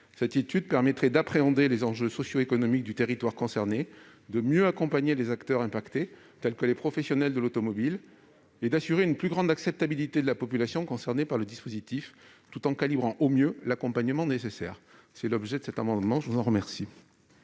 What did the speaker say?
Cette étude permettrait d'appréhender les enjeux socio-économiques du territoire concerné, de mieux accompagner les acteurs impactés, tels que les professionnels de l'automobile, et d'assurer une plus grande acceptabilité de la population concernée par le dispositif, tout en calibrant au mieux l'accompagnement nécessaire. Quel est l'avis de la commission ? S'il